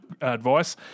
advice